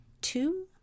two